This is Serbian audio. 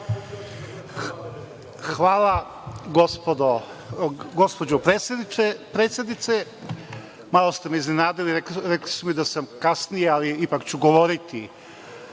Hvala, gospođo predsednice. Malo ste me iznenadili, rekli su mi da sam kasnije, ali ipak ću govoriti. Dame